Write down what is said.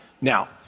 now